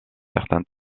certains